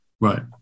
Right